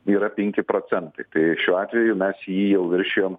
yra penki procentai tai šiuo atveju mes jį jau viršijom